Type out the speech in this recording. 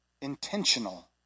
intentional